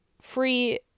free